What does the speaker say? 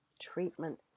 treatment